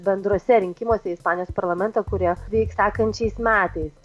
bendruose rinkimuose į ispanijos parlamentą kurie vyks sekančiais metais